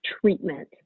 treatment